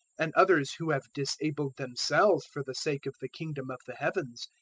and others who have disabled themselves for the sake of the kingdom of the heavens.